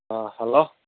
hello